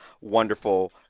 wonderful